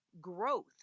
growth